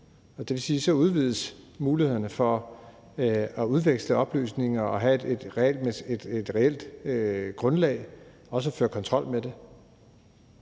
det vil sige, at så udvides mulighederne for at udveksle oplysninger og have et reelt grundlag for også at føre kontrol med det.